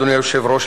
אדוני היושב-ראש,